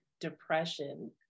depression